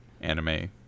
anime